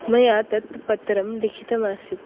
मया तत् पत्रं लिखितमासीत्